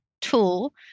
tool